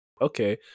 okay